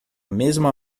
mesma